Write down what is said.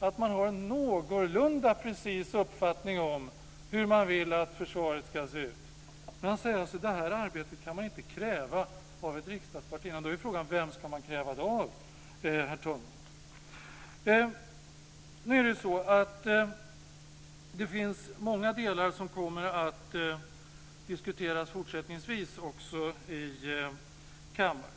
att det har en någorlunda precis uppfattning om hur man vill att försvaret ska se ut? Åke Carnerö säger att man inte kan kräva det av ett riksdagsparti. Vem ska man ska man då kräva det av, herr talman? Det finns många delar som kommer att diskuteras fortsättningsvis i kammaren.